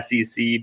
SEC